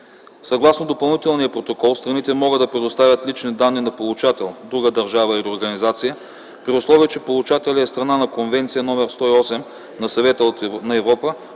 Съгласно Допълнителния протокол страните могат да предоставят лични данни на получател (друга държава или организация), при условие че получателят е страна по Конвенция № 108 на Съвета на Европа